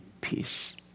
peace